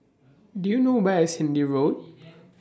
Do YOU know Where IS Hindhede Road